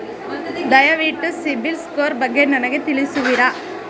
ದಯವಿಟ್ಟು ಸಿಬಿಲ್ ಸ್ಕೋರ್ ಬಗ್ಗೆ ನನಗೆ ತಿಳಿಸುವಿರಾ?